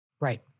right